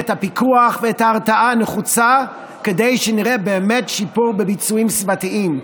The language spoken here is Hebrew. את הפיקוח ואת ההרתעה הנחוצים כדי שנראה באמת שיפור בביצועים סביבתיים.